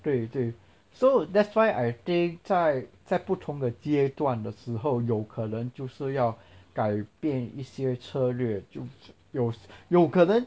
对对 so that's why I think 在在不同的阶段的时候有可能就是要改变一些策略就有有可能